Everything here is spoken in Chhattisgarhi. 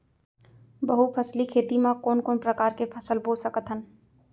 बहुफसली खेती मा कोन कोन प्रकार के फसल बो सकत हन?